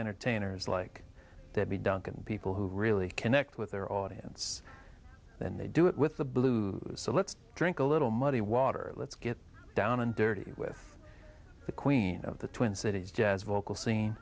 entertainers like debbie duncan people who really connect with their audience and they do it with the blue so let's drink a little muddy water let's get down and dirty with the queen of the twin cities jazz vocal scen